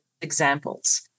examples